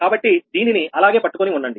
కాబట్టి దీనిని అలాగే పట్టుకొని ఉండండి